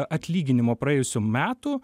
atlyginimo praėjusių metų